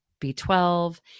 B12